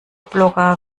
blogger